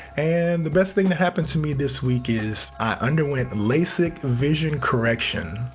and the best thing that happened to me this week is i underwent lasik vision correction.